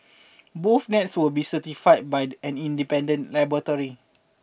both nets will be certified by an independent laboratory